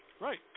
Right